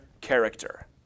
character